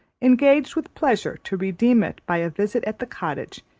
engaged with pleasure to redeem it by a visit at the cottage,